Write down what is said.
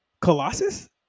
Colossus